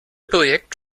projekt